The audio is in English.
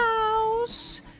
house